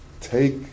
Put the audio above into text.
take